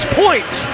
points